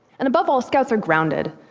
and above all, scouts are grounded,